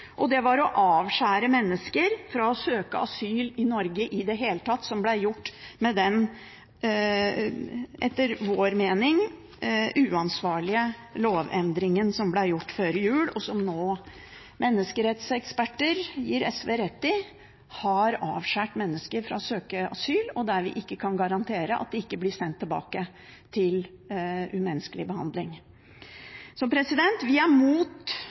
og det var de som gjelder å avskjære mennesker fra å søke asyl i Norge i det hele tatt, som ble gjort med den – etter vår mening – uansvarlige lovendringen som ble vedtatt før jul, og som nå menneskerettseksperter gir SV rett i har avskåret mennesker fra å søke asyl, og som gjør at vi ikke kan garantere at de ikke blir sendt tilbake til umenneskelig behandling. Så vi er